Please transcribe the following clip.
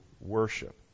worship